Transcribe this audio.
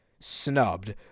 snubbed